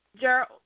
Gerald